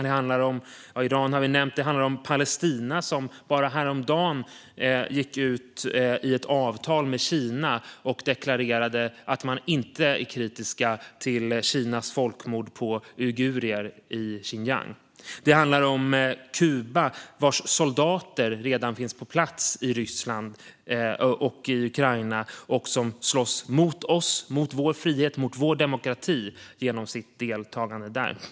Det handlar om Palestina som häromdagen ingick ett avtal med Kina och deklarerade att man inte är kritisk till Kinas folkmord på uigurer i Xinjiang. Det handlar om Kuba vars soldater redan finns på plats på ryska sidan i Ukraina och slåss mot oss, vår frihet och vår demokrati genom sitt deltagande.